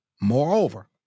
Moreover